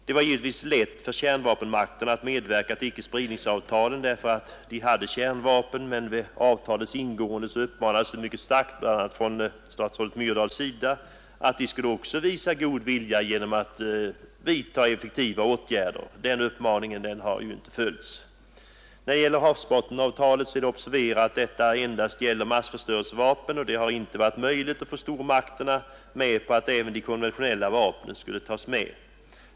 Det var givetvis lätt för kärnvapenmakterna att medverka till icke-spridningsavtalet därför att de hade kärnvapen, men vid avtalets ingående uppmanades de mycket starkt, bl.a. av statsrådet Myrdal, att också visa sin goda vilja genom effektiva åtgärder. Den uppmaningen har de inte följt. När det gäller havsbottensavtalet är det att observera att detta endast gäller massförstörelsevapen, och det har inte varit möjligt att få stormakterna med på att även de konventionella vapnen skulle tas med.